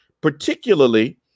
particularly